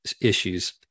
issues